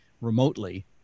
remotely